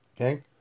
Okay